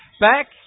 Back